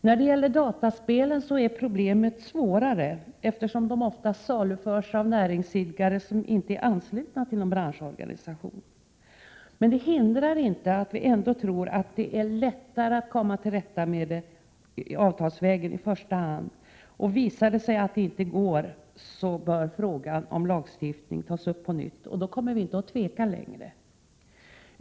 När det gäller dataspel är problemen svårare, eftersom de ofta saluförs av näringsidkare som inte är anslutna till någon branschorganisation. Men det hindrar inte att vi ändå tror att det är lättare att i första hand komma till rätta med problemen avtalsvägen. Visar det sig att det inte går bör frågan om lagstiftning tas upp på nytt. Då kommer vi inte att tveka längre.